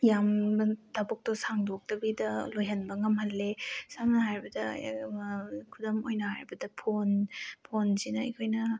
ꯌꯥꯝꯅ ꯊꯕꯛꯇꯣ ꯁꯥꯡꯗꯣꯛꯇꯕꯤꯗ ꯂꯣꯏꯍꯟꯕ ꯉꯝꯍꯜꯂꯦ ꯁꯝꯅ ꯍꯥꯏꯔꯕꯗ ꯈꯨꯗꯝ ꯑꯣꯏꯅ ꯍꯥꯏꯔꯕꯗ ꯐꯣꯟ ꯐꯣꯟꯁꯤꯅ ꯑꯩꯈꯣꯏꯅ